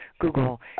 Google